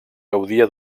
gaudia